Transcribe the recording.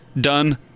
done